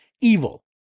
evil